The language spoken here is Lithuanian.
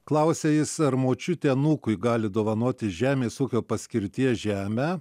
klausia jis ar močiutė anūkui gali dovanoti žemės ūkio paskirties žemę